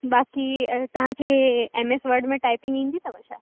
बाक़ी अ तव्हांखे एमएस वड में टाइपिंग ईंदी अथव छा